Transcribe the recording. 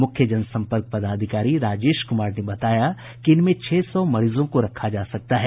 मुख्य जन सम्पर्क पदाधिकारी राजेश कुमार ने बताया कि इनमें छह सौ मरीजों को रखा जा सकता है